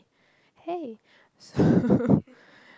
hey so